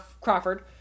Crawford